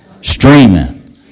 Streaming